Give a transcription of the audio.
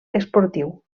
esportiu